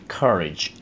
courage